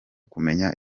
kumenya